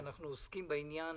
שאנחנו עוסקים בעניין